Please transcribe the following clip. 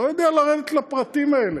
לא יודע לרדת לפרטים האלה.